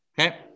Okay